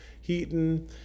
Heaton